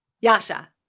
yasha